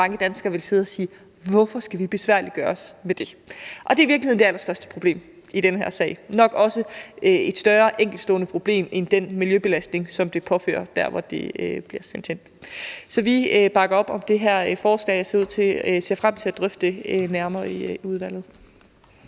mange danskere vil sidde og sige: Hvorfor skal vi gøre det besværligt for os med det? Og det er i virkeligheden det allerstørste problem i den her sag, nok også et større enkeltstående problem end den miljøbelastning, som det påfører der, hvor det bliver sendt hen. Så vi bakker op om det her forslag og ser frem til at drøfte det nærmere i udvalget.